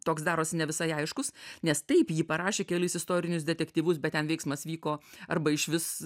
toks darosi ne visai aiškus nes taip ji parašė kelis istorinius detektyvus bet ten veiksmas vyko arba išvis